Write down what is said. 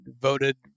voted